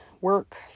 work